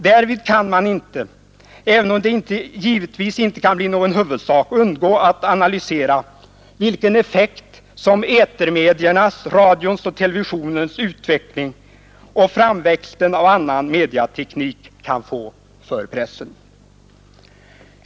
Därvid kan man inte — även om det givetvis inte kan bli någon huvudsak — undgå att analysera vilken effekt som etermediernas, radions och televisionens, utveckling och framväxten av annan mediateknik kan få för pressen.